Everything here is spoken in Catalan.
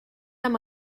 amb